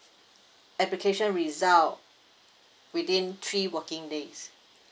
application result within three working days